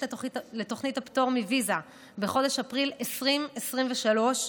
לתוכנית הפטור מוויזה בחודש אפריל 2023,